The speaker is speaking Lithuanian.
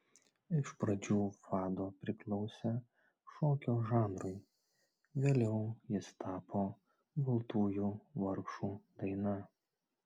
iš pradžių fado priklausė šokio žanrui vėliau jis tapo baltųjų vargšų daina